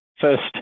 first